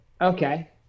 Okay